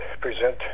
present